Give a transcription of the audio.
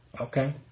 Okay